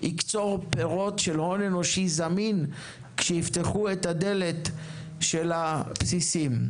יקצור פירות של הון אנושי זמין כשיפתחו את הדלת של הבסיסים.